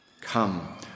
Come